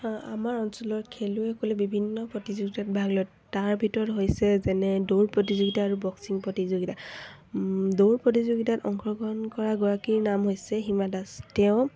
আমাৰ অঞ্চলত খেলুৱৈসকলে বিভিন্ন প্ৰতিযোগিতাত ভাগ লয় তাৰ ভিতৰত হৈছে যেনে দৌৰ প্ৰতিযোগিতা আৰু বক্সিং প্ৰতিযোগিতা দৌৰ প্ৰতিযোগিতাত অংশগ্ৰহণ কৰা গৰাকীৰ নাম হৈছে হীমা দাস তেওঁ